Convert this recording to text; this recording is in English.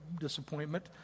disappointment